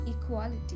equality